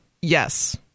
yes